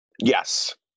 Yes